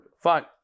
Fine